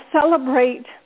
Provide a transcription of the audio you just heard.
celebrate